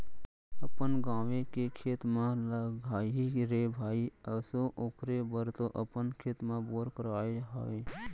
अपन गाँवे के खेत म लगाही रे भई आसो ओखरे बर तो अपन खेत म बोर करवाय हवय